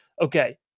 okay